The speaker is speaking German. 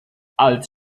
als